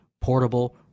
portable